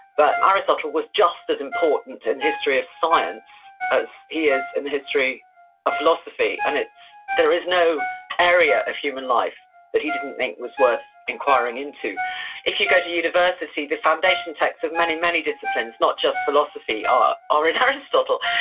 but aristotle was just as important in the history of science as he is in the history of philosophy. and there is no area of human life that he didn't think was worth inquiring into if you go to university, the foundation texts of many, many disciplines, not just philosophy, are are in aristotle.